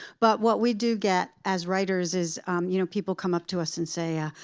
but what we do get as writers is you know people come up to us and say, ah